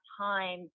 time